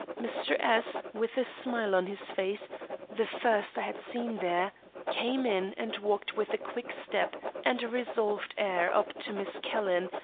mr. s, with a smile on his face the first i had seen there came in and walked with a quick step and a resolved air up to miss calhoun,